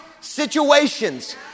situations